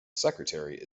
secretary